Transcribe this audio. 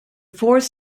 fourth